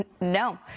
No